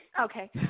Okay